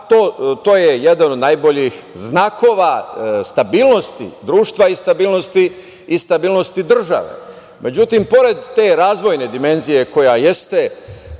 to je jedan od najboljih znakova stabilnosti društva i stabilnosti države.Međutim, pored te razvojne dimenzije koja jeste